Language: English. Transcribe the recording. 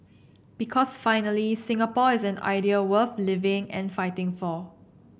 because finally Singapore is an idea worth living and fighting for